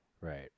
Right